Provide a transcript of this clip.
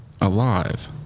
alive